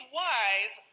wise